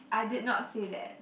I did not say that